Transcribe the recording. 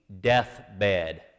deathbed